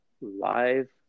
live